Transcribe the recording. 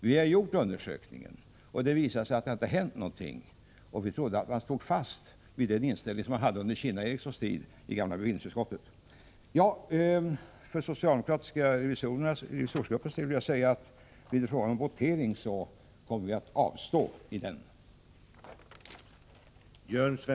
Nu är den gjord, och det har visat sig att det inte har hänt någonting. Vi trodde att man stod fast vid den inställning som riksdagen hade under Kinna-Ericssons tid i gamla bevillningsutskottet. För den socialdemokratiska revisorsgruppens del vill jag bara säga, att blir det fråga om votering om detta utlåtande kommer vi att avstå från att rösta.